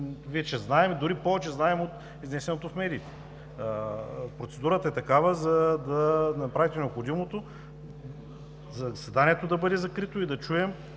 вече знаем, дори повече знаем от изнесеното в медиите. Процедурата ми е такава – да направите необходимото заседанието да бъде закрито, да чуем